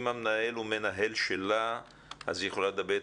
אם המנהל הוא מנהל שלה אז היא יכולה לדבר איתו,